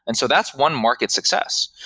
and so that's one market success.